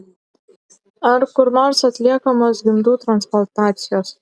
ar kur nors atliekamos gimdų transplantacijos